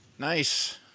Nice